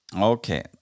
Okay